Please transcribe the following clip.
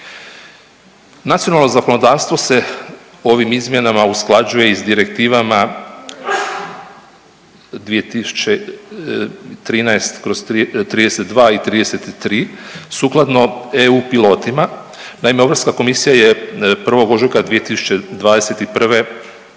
Nacionalno zakonodavstvo se ovim izmjenama usklađuje i s Direktivama 2013/32 i 33 skladno EU pilotima. Naime, Europska komisija je 1. ožujka 2021.